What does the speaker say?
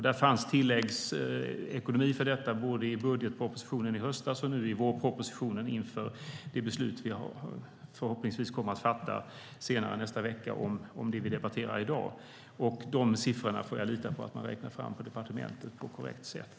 Det fanns tilläggsekonomi för detta både i budgetpropositionen i höstas och nu i vårpropositionen inför det beslut vi debatterar i dag och förhoppningsvis kommer att fatta i nästa vecka. Jag litar på att man har räknat fram dessa siffror på departementet på ett korrekt sätt.